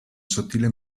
sottile